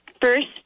first